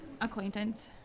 acquaintance